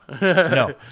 no